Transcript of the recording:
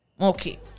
Okay